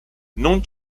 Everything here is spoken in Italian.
non